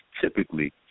typically